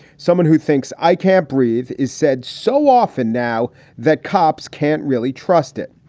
someone who thinks i can't breathe is said so often now that cops can't really trust it.